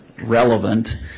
relevant